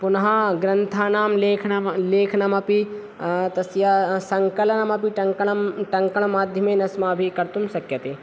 पुनः ग्रन्थानां लेखनमपि तस्य सङ्कलनमपि टङ्कणं टङ्कणमाध्यमेन अस्माभिः कर्तुं शक्यते